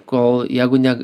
kol jeigu ne